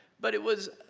but it was